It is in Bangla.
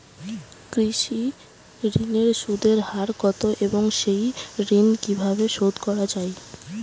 কৃষি ঋণের সুদের হার কত এবং এই ঋণ কীভাবে শোধ করা য়ায়?